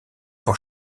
pour